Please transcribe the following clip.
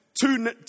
two